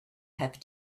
have